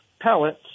pellets